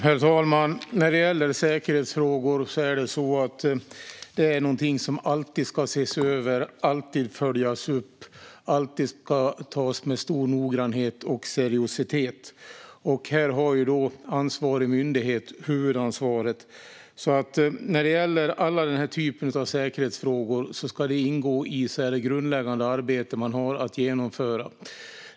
Herr talman! Säkerhetsfrågor är någonting som alltid ska ses över, alltid följas upp och alltid tas med stor noggrannhet och seriositet. Här har ansvarig myndighet huvudansvaret. När det gäller alla typer av säkerhetsfrågor ska det ingå i det grundläggande arbete man har att genomföra.